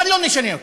אבל לא נשנה אותה.